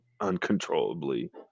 uncontrollably